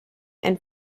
and